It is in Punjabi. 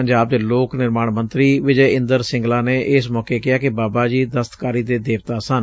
ਪੰਜਾਬ ਦੇ ਲੋਕ ਨਿਰਮਾਣ ਮੰਤਰੀ ਵਿਜੈਇੰਦਰ ਸਿੰਗਲਾ ਨੇ ਇਸ ਮੌਕੇ ਕਿਹਾ ਕਿ ਬਾਬਾ ਜੀ ਦਸਤਕਾਰੀ ਦੇ ਦੇਵਤਾ ਸਨ